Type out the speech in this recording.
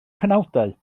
penawdau